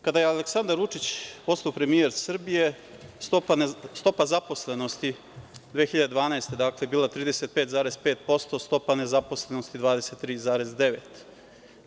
Kada je Aleksandar Vučić postao premijer Srbije, stopa zaposlenosti 2012. godine je bila 35,5%, a stopa nezaposlenosti 23,9%